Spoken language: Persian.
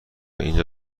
اینجا